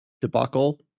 debacle